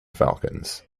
falcons